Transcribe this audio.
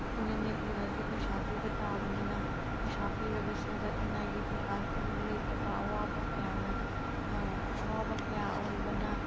ꯑꯩꯈꯣꯏꯅ ꯅꯦꯛꯂꯨꯔꯗꯤ ꯄꯩꯁꯥ ꯄꯤꯕ ꯇꯥꯏꯕꯅꯤꯅ ꯄꯩꯁꯥ ꯄꯤꯔꯒ ꯁꯦꯝꯒꯠꯅꯤꯡꯉꯥꯏꯒꯤ ꯄꯩꯁꯥꯁꯨ ꯑꯃꯨꯛ ꯂꯩꯇꯕ ꯑꯋꯥꯕ ꯀꯌꯥꯅ ꯑꯋꯥꯕ ꯀꯌꯥ ꯑꯣꯏꯕꯅ